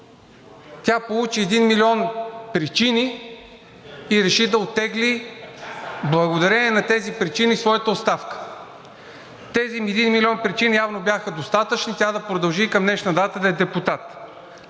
тя получи един милион причини и реши да оттегли благодарение на тези причини своята оставка. Тези един милион причини явно бяха достатъчни тя да продължи към днешна дата да е депутат.